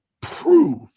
prove